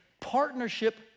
partnership